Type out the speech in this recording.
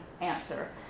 answer